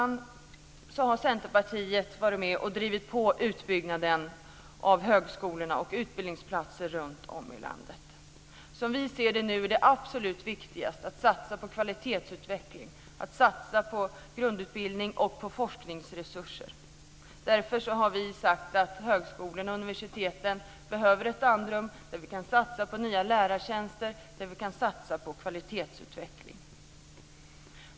Fru talman! Centerpartiet har drivit på utbyggnaden av högskolorna och utbildningsplatser runtom i landet. Det absolut viktigaste är nu att satsa på grundutbildning och forskning. Därför behöver högskolorna och universiteten ett andrum för att kunna satsa på nya lärartjänster och kvalitetsutveckling.